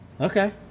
Okay